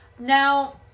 Now